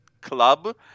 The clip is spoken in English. club